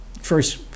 first